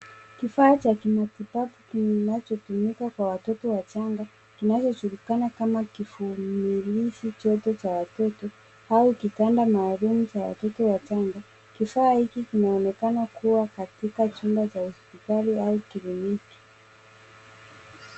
Kifaa cha kimatibabu kinachotumika kwa watoto wachanga kinachojulikana kama kivumilizi joto cha watoto au kitanda maalum cha watoto wachanga .Kifaa hiki kinaonekana kuwa katika chumba cha hospitali au kliniki.